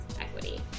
Equity